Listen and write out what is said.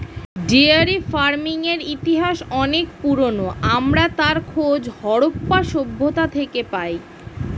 dairy ফার্মিংয়ের ইতিহাস অনেক পুরোনো, আমরা তার খোঁজ হারাপ্পা সভ্যতা থেকে পাই